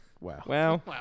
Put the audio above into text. Wow